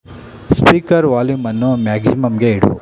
speaker volume ಅನ್ನು ಮ್ಯಾಗಿಮ್ಗೆ ಇಡು